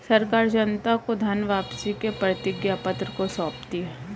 सरकार जनता को धन वापसी के प्रतिज्ञापत्र को सौंपती है